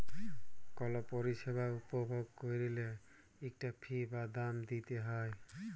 call পরিছেবা উপভগ ক্যইরলে ইকটা ফি বা দাম দিইতে হ্যয়